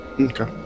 Okay